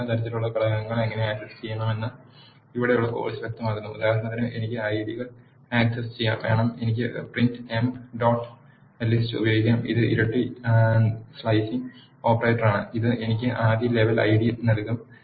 ഉയർന്ന തലത്തിലുള്ള ഘടകങ്ങൾ എങ്ങനെ ആക്സസ് ചെയ്യാമെന്ന് ഇവിടെയുള്ള കോഴ് സ് വ്യക്തമാക്കുന്നു ഉദാഹരണത്തിന് എനിക്ക് ഐഡികൾ ആക് സസ് വേണം എനിക്ക് പ്രിന്റ് എംപ് ഡോട്ട് ലിസ്റ്റ് ഉപയോഗിക്കാം ഇത് ഇരട്ട സ്ലൈസിംഗ് ഓപ്പറേറ്ററാണ് ഇത് എനിക്ക് ആദ്യ ലെവൽ ഐഡി നൽകും